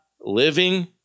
living